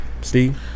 Steve